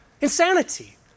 Insanity